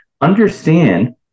Understand